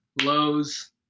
lows